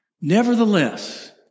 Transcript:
Nevertheless